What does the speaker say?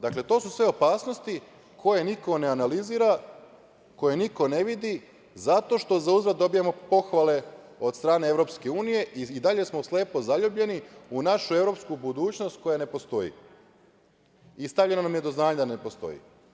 Dakle, to su sve opasnosti koje niko ne analizira, koje niko ne vidi zato što zauzvrat dobijamo pohvale od strane Evropske unije i dalje smo slepo zaljubljeni u našu evropsku budućnost koja ne postoji i stavljeno nam je do znanja da ne postoji.